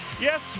yes